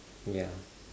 ya